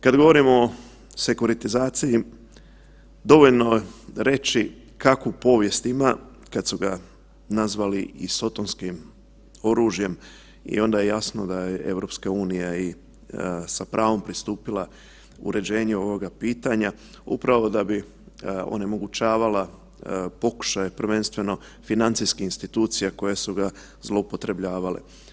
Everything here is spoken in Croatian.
Kad govorimo o sekuritizaciji, dovoljno je reći kakvu povijest ima kad su ga nazvali i sotonskim oružjem i onda je jasno da i EU i sa pravom pristupila uređenju ovoga pitanja upravo da bi onemogućavala pokušaj, prvenstveno financijskih institucija koje su ga zloupotrebljavale.